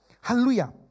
Hallelujah